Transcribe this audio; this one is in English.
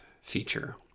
feature